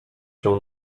się